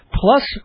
Plus